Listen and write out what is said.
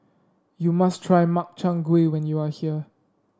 you must try Makchang Gui when you are here